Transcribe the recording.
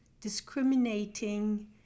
discriminating